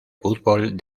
fútbol